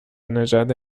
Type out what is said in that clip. نژاد